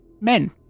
men